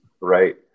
Right